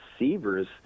receivers